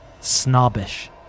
Snobbish